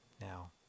now